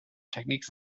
techniques